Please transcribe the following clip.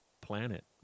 planet